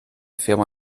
firma